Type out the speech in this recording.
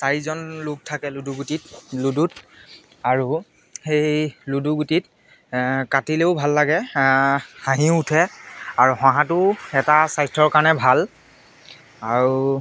চাৰিজন লোক থাকে লুডু গুটিত লুডুত আৰু সেই লুডু গুটিত কাটিলেও ভাল লাগে হাঁহিও উঠে আৰু হঁহাটোও এটা স্বাস্থ্যৰ কাৰণে ভাল আৰু